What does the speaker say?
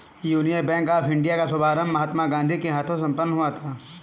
union bank of India का शुभारंभ महात्मा गांधी के हाथों से संपन्न हुआ था